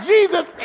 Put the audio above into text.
Jesus